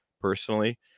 personally